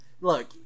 look